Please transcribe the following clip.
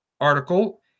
article